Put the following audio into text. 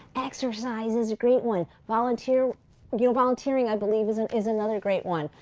exercise is a great one. volunteering you know volunteering i believe is and is another great one.